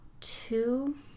two